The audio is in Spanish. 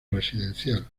residencial